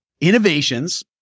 innovations